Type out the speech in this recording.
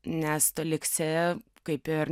nes tu liksi kaip ir